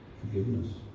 forgiveness